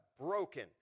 broken